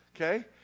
Okay